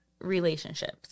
relationships